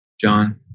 John